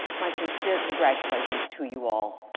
my sincere congratulations to you all.